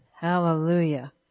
hallelujah